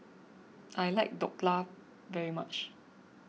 I like Dhokla very much